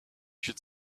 should